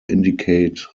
indicate